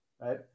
right